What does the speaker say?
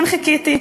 לכן חיכיתי.